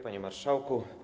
Panie Marszałku!